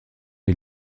est